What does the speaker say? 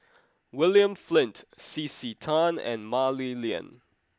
William Flint C C Tan and Mah Li Lian